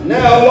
Now